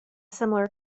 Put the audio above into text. similar